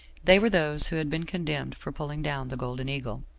they were those who had been condemned for pulling down the golden eagle.